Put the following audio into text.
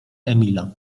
emila